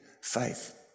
faith